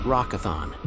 Rockathon